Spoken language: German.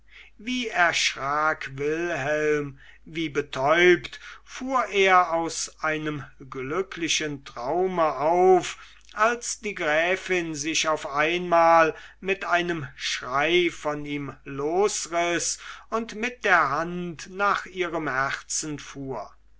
wie erschrak wilhelm wie betäubt fuhr er aus einem glücklichen traume auf als die gräfin sich auf einmal mit einem schrei von ihm losriß und mit der hand nach ihrem herzen fuhr